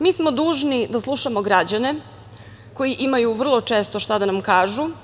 Mi smo dužni da slušamo građane koji imaju vrlo često šta da nam kažu.